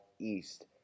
east